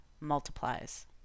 multiplies